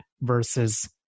versus